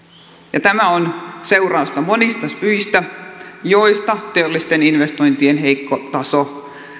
kasvua tämä on seurausta monista syistä teollisten investointien heikko taso